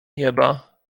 nieba